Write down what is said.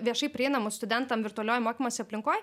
viešai prieinamus studentam virtualioj mokymosi aplinkoj